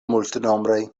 multnombraj